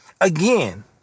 Again